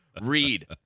Read